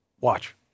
Watch